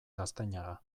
gaztañaga